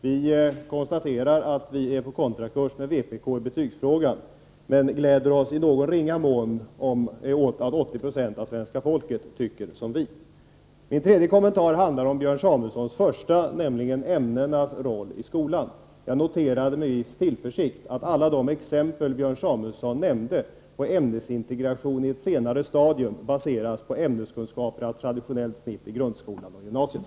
Vi konstaterar att vi är på kontrakurs med vpk i betygsfrågan, men gläder oss i någon ringa mån åt att 80 20 av svenska folket tycker som vi. Min tredje kommentar handlar om det första Björn Samuelson berörde, nämligen ämnenas roll i skolan. Jag noterade med viss tillförsikt att alla de exempel Björn Samuelson nämnde på ämnesintegration i ett senare stadium baseras på ämneskunskaper av traditionellt snitt i grundskolan och gymnasiet.